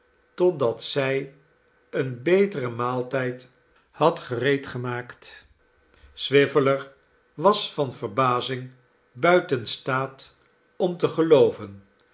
totdat zij een beteren maaltijd had gereed gemaakt swiveller was van verbazing buiten staat om te gelooven